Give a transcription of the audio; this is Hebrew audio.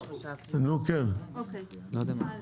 אוקיי, אז